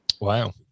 wow